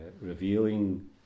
revealing